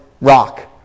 rock